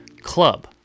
club